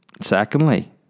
secondly